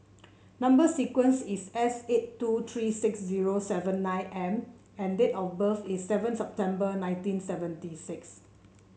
number sequence is S eight two three six zero seven nine M and date of birth is seven September nineteen seventy six